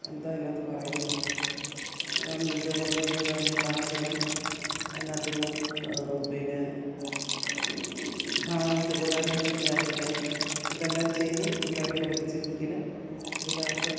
എന്താ അതിനകത്ത് പറയുന്നത് ഞാൻ മുമ്പേ പറഞ്ഞതുപോലെതന്നെ പാചകം അതിനകത്തു നിന്ന് പിന്നെ ഭാവിയിൽ ഉപകാരപ്പെടുന്ന കാര്യങ്ങൾ ഇതെല്ലാം ചെയ്ത് പിള്ളേരെ പഠിപ്പിച്ചിരുന്നെങ്കിൽ പിള്ളേർക്ക്